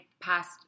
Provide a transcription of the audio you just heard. past